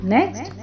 Next